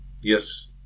Yes